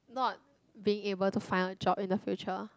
not being able to find a job in the future